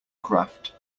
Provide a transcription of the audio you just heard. craft